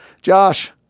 Josh